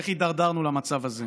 ואיך הידרדרנו למצב הזה.